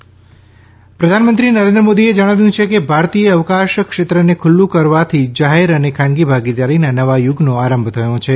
પ્રધાનમંત્રી અવકાશ પ્રધાનમંત્રી નરેન્દ્ર મોદીએ જણાવ્યું છે કે ભારતીય અવકાશ ક્ષેત્રને ખુલ્લુ કરવાથી જાહેર અને ખાનગી ભાગીદારીના નવા યુગનો આરંભ થયો છે